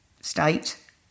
state